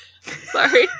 sorry